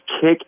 kick